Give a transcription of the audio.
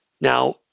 Now